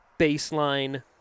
baseline